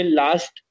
last